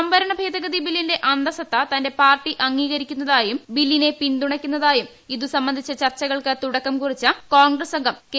സംവരണ ഭേദഗതി ബില്ലിന്റെ അന്തസത്ത തന്റെ പാർട്ടി അംഗീകരിക്കുന്നതായും ബി്ല്ലിനെ പിന്തുണയ്ക്കുന്നതായും ഇതു സംബന്ധിച്ച ചർച്ചകൾക്ക് തുടക്കം കുറിച്ചു കോൺഗ്രസ്റ്റ് അംഗം കെ